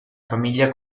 famiglia